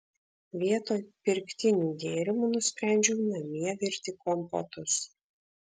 vietoj pirktinių gėrimų nusprendžiau namie virti kompotus